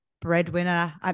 breadwinner